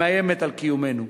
שמאיימת על קיומנו.